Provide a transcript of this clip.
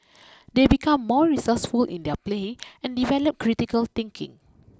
they become more resourceful in their play and develop critical thinking